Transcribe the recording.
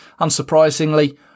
Unsurprisingly